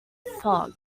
fog